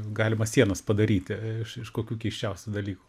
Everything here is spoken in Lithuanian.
galima sienas padaryti iš iš kokių keisčiausių dalykų